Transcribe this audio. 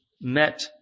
met